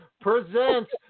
presents